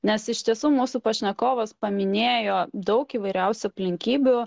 nes iš tiesų mūsų pašnekovas paminėjo daug įvairiausių aplinkybių